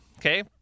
okay